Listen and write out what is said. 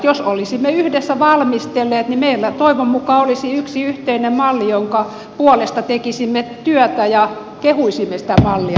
jos olisimme yhdessä valmistelleet niin meillä toivon mukaan olisi yksi yhteinen malli jonka puolesta tekisimme työtä ja kehuisimme sitä mallia tänään täällä salissa